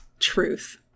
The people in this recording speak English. Truth